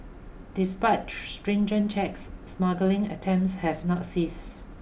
despite stringent checks smuggling attempts have not cease